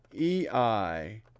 EI